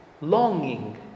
longing